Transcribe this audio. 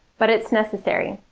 but, it's necessary.